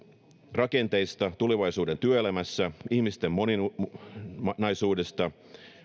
rakenteista tulevaisuuden työelämässä ihmisten moninaisuudesta